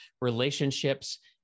relationships